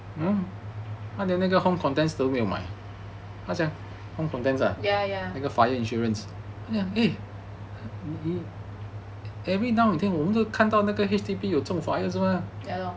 ya ya ya lor